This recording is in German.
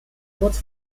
kurz